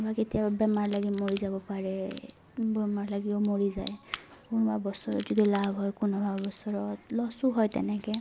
বা কেতিয়াবা বেমাৰ লাগি মৰি যাব পাৰে বেমাৰ লাগিও মৰি যায় কোনোবা বছৰত যদি লাভ হয় কোনোবা বছৰত লছো হয় তেনেকে